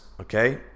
okay